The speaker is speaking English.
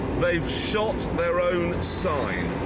they've shot their own sign!